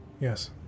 Yes